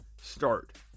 start